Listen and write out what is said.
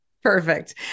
Perfect